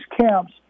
camps